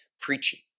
preaching